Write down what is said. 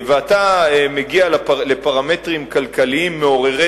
ואתה מגיע לפרמטרים כלכליים מעוררי